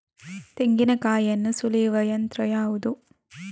ತೆಂಗಿನಕಾಯಿಯನ್ನು ಸುಲಿಯುವ ಯಂತ್ರ ಯಾವುದು?